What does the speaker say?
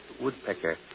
woodpecker